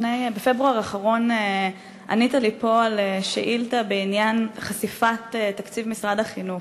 בפברואר האחרון ענית פה על שאילתה בעניין חשיפת תקציב משרד החינוך,